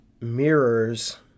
mirrors